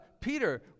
Peter